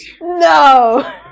No